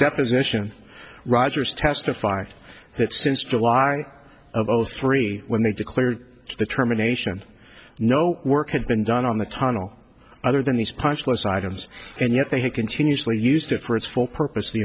deposition rogers testified that since july of zero three when they declared his determination no work had been done on the tunnel other than these punchless items and yet they had continuously used it for its full purpose the